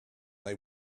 they